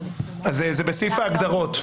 זה בסעיף ההגדרות.